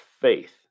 faith